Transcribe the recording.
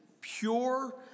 pure